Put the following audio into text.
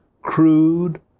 crude